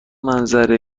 منظره